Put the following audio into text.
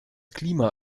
klima